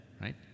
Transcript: right